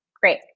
great